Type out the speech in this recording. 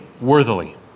worthily